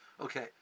Okay